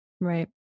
Right